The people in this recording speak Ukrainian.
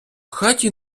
хаті